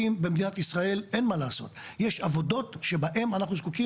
במדינת ישראל יש עבודות בהן אנחנו זקוקים